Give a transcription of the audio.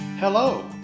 Hello